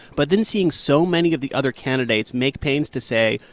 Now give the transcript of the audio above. but then seeing so many of the other candidates make pains to say,